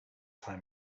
time